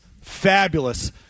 fabulous